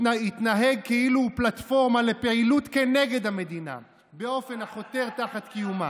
uיתנהג כאילו הוא פלטפורמה לפעילות כנגד המדינה באופן החותר תחת קיומה.